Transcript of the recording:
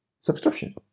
Subscription